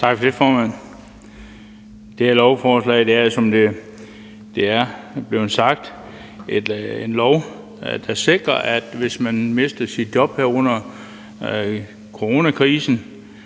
Tak for det, formand. Det her lovforslag er, som det er blevet sagt, et lovforslag, der sikrer, at hvis man mister sit job her under coronakrisen